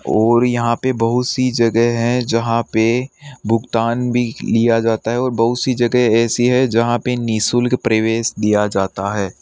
और यहाँ पर बहुत सी जगह हैं जहाँ पर भुगतान भी लिया जाता है और बहुत सी जगह ऐसी है जहाँ पर नि शुल्क प्रवेश दिया जाता है